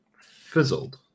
fizzled